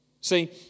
See